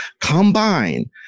combine